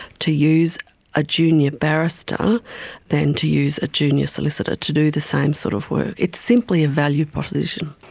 to use a junior barrister than to use a junior solicitor to do the same sort of work. it's simply a value proposition.